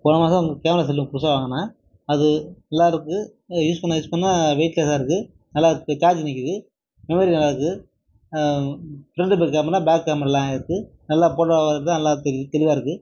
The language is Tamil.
போன மாசம் கேமெரா செல்லு புதுசாக வாங்கினேன் அது யூஸ் பண்ண யூஸ் பண்ண வெயிட்லெஸ்ஸா இருக்குது நல்லா சார்ஜு நிக்குது மெமரி நல்லா இருக்குது பேக் கேமெராலாம் இருக்குது நல்லா ஃபோட்டோ எடுத்தால் நல்லா தெரி தெளிவாக இருக்குது